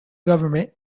government